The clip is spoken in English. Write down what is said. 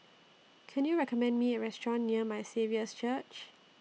Can YOU recommend Me A Restaurant near My Saviour's Church